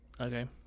Okay